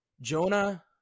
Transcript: Jonah